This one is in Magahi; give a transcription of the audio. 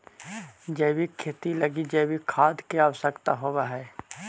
जैविक खेती लगी जैविक खाद के आवश्यकता होवऽ हइ